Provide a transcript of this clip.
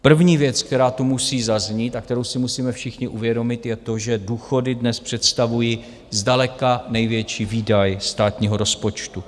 První věc, která tu musí zaznít a kterou si musíme všichni uvědomit, je to, že důchody dnes představují zdaleka největší výdaj státního rozpočtu.